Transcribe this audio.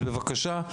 אז בבקשה,